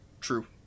True